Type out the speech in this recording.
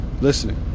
listening